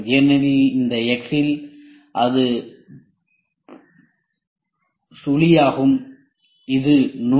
ஏனெனில் இந்த X இல் இது 0 ஆகும் இது 100